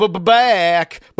Back